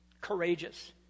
courageous